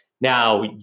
now